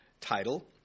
title